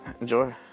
enjoy